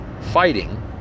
fighting